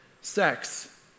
sex